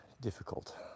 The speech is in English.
difficult